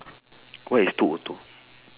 what is two O two